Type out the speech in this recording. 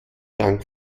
dank